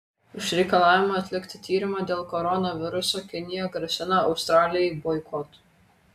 už reikalavimą atlikti tyrimą dėl koronaviruso kinija grasina australijai boikotu